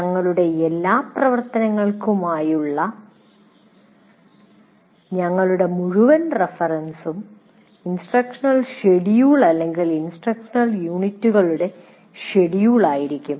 ഞങ്ങളുടെ എല്ലാ പ്രവർത്തനങ്ങൾക്കുമായുള്ള ഞങ്ങളുടെ മുഴുവൻ റഫറൻസും ഇൻസ്ട്രക്ഷണൽ ഷെഡ്യൂൾ അല്ലെങ്കിൽ ഇൻസ്ട്രക്ഷണൽ യൂണിറ്റുകളുടെ ഷെഡ്യൂൾ ആയിരിക്കും